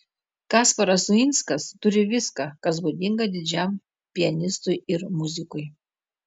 kasparas uinskas turi viską kas būdinga didžiam pianistui ir muzikui